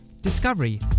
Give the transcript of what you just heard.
Discovery